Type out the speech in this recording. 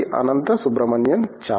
అనంత సుబ్రమణియన్ చాలా